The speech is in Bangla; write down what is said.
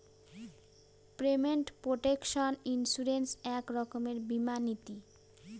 পেমেন্ট প্রটেকশন ইন্সুরেন্স এক রকমের বীমা নীতি